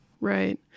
Right